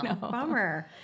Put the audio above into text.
Bummer